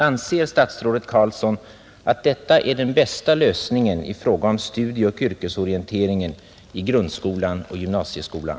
Anser statsrådet Carlsson att detta är den bästa lösningen i fråga om studieoch yrkesorientering i grundskolan och i gymnasieskolan?